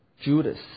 Judas